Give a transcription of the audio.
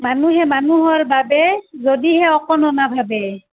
মানুহে মানুহৰ বাবে যদিহে অকণো নাভাবে